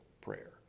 prayer